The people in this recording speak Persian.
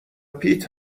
پیت